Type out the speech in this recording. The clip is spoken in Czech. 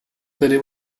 tedy